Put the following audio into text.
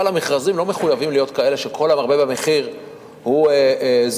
אבל המכרזים לא מחויבים להיות כאלה שכל המרבה במחיר הוא זוכה,